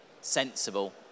sensible